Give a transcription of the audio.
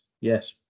yes